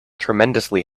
tremendously